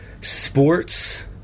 sports